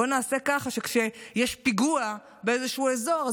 בואו נעשה ככה שכשיש פיגוע באיזשהו אזור,